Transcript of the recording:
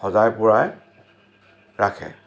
সজাই পৰাই ৰাখে